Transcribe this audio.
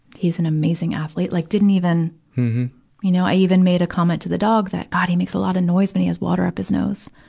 he's an amazing athlete. like didn't even you know, i even made a comment to the dog that, god he makes a lot of noise when he has water up his nose.